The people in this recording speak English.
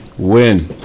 Win